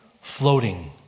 floating